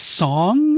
song